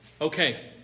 Okay